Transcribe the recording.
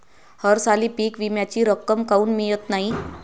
हरसाली पीक विम्याची रक्कम काऊन मियत नाई?